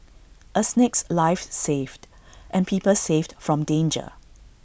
A snake's life saved and people saved from danger